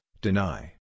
deny